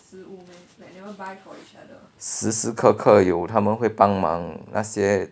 时时刻刻有他们会帮忙那些